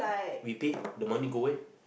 we pay the money go where